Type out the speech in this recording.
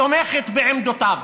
תומכת בעמדותיו.